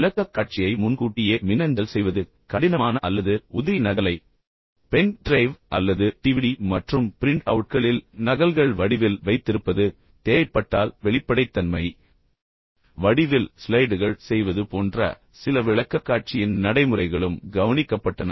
விளக்கக்காட்சியை முன்கூட்டியே மின்னஞ்சல் செய்வது கடினமான அல்லது உதிரி நகலை பென் டிரைவ் அல்லது டிவிடி மற்றும் பிரிண்ட் அவுட்களில் நகல்கள் வடிவில் வைத்திருப்பது பின்னர் தேவைப்பட்டால் வெளிப்படைத்தன்மை வடிவில் ஸ்லைடுகள் செய்வது போன்ற சில விளக்கக்காட்சியின் நடைமுறைகளும் கவனிக்கப்பட்டன